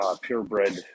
purebred